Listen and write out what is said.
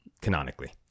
canonically